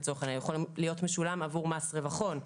הוא יכול להיות משולם עבור מס רווח הון,